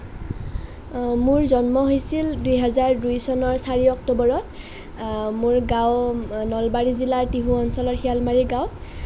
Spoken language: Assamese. মোৰ জন্ম হৈছিল দুই হাজাৰ দুই চনৰ চাৰি অক্টোবৰত মোৰ গাঁও নলবাৰী জিলাৰ তিহু অঞ্চলৰ শিয়ালমাৰী গাঁৱত